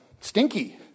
Stinky